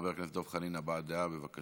חבר הכנסת דב חנין, הבעת דעה, בבקשה.